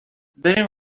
بریم